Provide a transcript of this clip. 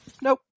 Nope